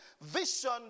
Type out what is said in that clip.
vision